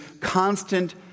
constant